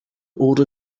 older